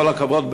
כל הכבוד,